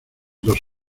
dos